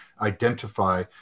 identify